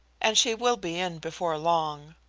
and she will be in before long.